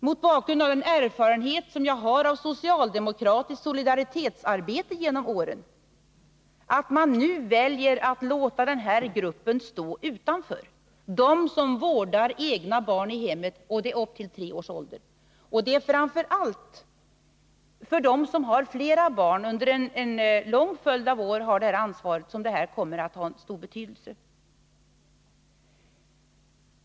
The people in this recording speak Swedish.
Mot bakgrund av den erfarenhet som jag har av socialdemokratiskt solidaritetsarbete genom åren har jag väldigt svårt att förstå att man nu väljer att låta den grupp, som vårdar egna barn under tre års ålder i hemmet, stå utanför ATP. Det är framför allt för dem som har flera barn och under en lång följd av år har ansvar för dem som denna reform kommer att ha stor betydelse.